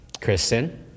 Kristen